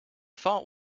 fault